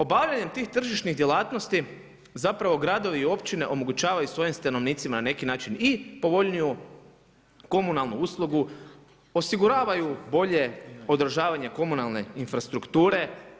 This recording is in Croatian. Obavljanjem tih tržišnih djelatnosti zapravo gradovi i općine omogućavaju svojim stanovnicima na neki način i povoljniju komunalnu uslugu, osiguravaju bolje odražavanje komunalne infrastrukture.